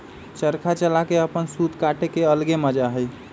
चरखा चला के अपन सूत काटे के अलगे मजा हई